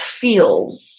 feels